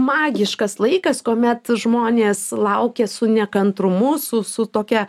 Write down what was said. magiškas laikas kuomet žmonės laukia su nekantrumu su su tokia